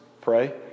pray